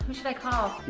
should i call?